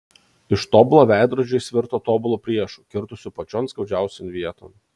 iš tobulo veidrodžio jis virto tobulu priešu kirtusiu pačion skaudžiausion vieton